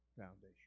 foundation